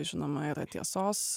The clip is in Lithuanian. žinoma yra tiesos